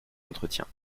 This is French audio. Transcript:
entretient